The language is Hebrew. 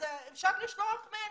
אפשר לשלוח מייל,